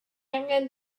angen